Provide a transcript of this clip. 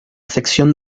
sección